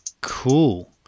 cool